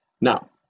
now